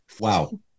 Wow